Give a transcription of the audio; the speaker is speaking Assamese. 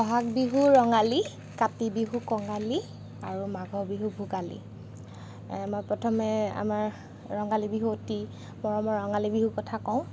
বহাগ বিহু ৰঙালী কাতি বিহু কঙালী আৰু মাঘ বিহু ভোগালী মই প্ৰথমে আমাৰ ৰঙালী বিহু অতি মৰমৰ ৰঙালী বিহুৰ কথা কওঁ